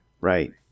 right